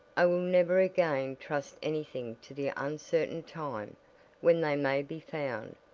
i will never again trust anything to the uncertain time when they may be found,